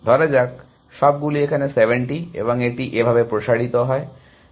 ধরা যাক সবগুলি এখানে 70 এবং এটি এভাবে প্রসারিত হয়